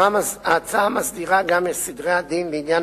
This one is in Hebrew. ההצעה מסדירה גם את סדרי הדין לעניין